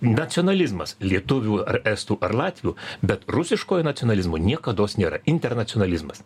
nacionalizmas lietuvių ar estų ar latvių bet rusiškojo nacionalizmo niekados nėra internacionalizmas